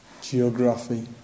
geography